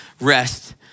rest